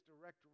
direct